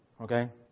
Okay